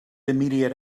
immediate